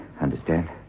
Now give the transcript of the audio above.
understand